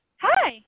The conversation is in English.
Hi